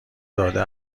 داده